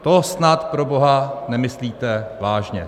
To snad proboha nemyslíte vážně.